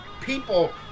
people